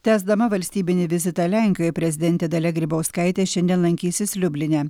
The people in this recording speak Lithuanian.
tęsdama valstybinį vizitą lenkijoje prezidentė dalia grybauskaitė šiandien lankysis liubline